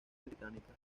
británicas